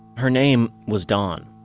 her name was dawn.